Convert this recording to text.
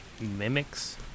mimics